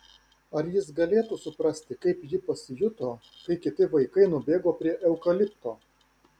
ar jis galėtų suprasti kaip ji pasijuto kai kiti vaikai nubėgo prie eukalipto